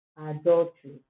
adultery